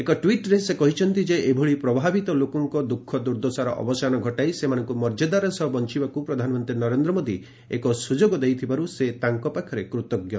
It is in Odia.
ଏକ ଟ୍ୱିଟ୍ରେ ସେ କହିଛନ୍ତି ଯେ ଏଭଳି ପ୍ରଭାବିତ ଲୋକଙ୍କ ଦୁଃଖ ଦୁର୍ଦ୍ଦଶାର ଅବସାନ ଘଟାଇ ସେମାନଙ୍କୁ ମର୍ଯ୍ୟାଦାର ସହ ବଞ୍ଚିବାକୁ ପ୍ରଧାନମନ୍ତ୍ରୀ ନରେନ୍ଦ୍ର ମୋଦୀ ଏକ ସୁଯୋଗ ଦେଇଥିବାରୁ ସେ ତାଙ୍କ ପାଖରେ କୃତଜ୍ଞ